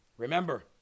Remember